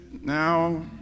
Now